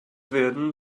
werden